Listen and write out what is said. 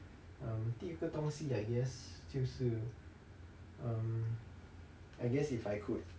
um 第二个东西 I guess 就是 um I guess if I could